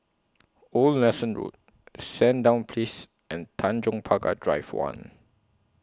Old Nelson Road Sandown Place and Tanjong Pagar Drive one